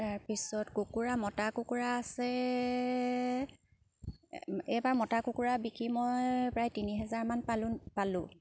তাৰপিছত কুকুৰা মতা কুকুৰা আছে এইবাৰ মতা কুকুৰা বিকি মই প্ৰায় তিনি হেজাৰমান পালোঁ পালোঁ